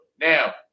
Now